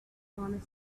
monastery